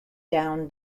down